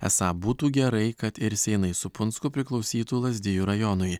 esą būtų gerai kad ir seinai su punsku priklausytų lazdijų rajonui